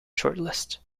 shortlist